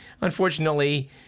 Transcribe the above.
Unfortunately